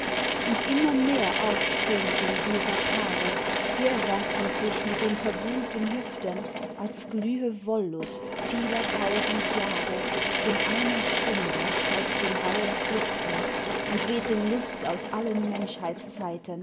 und immer mehr aufströmten dieser paare herwerfend sich mit den verbuhlten hüften als glühe wollust vieler tausend jahre in einer stunde aus den rauhen klüften und wehte lust aus allen